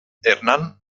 hernán